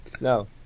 No